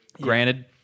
Granted